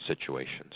situations